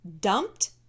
Dumped